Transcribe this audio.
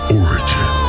origin